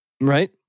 right